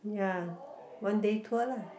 ya one day tour lah